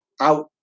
out